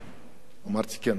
אמרתי, כן, הייתי.